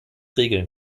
regeln